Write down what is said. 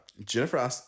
Jennifer